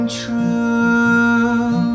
true